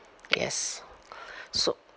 yes so